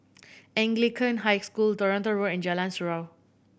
Anglican High School Toronto Road and Jalan Surau